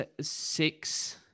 Six